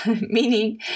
meaning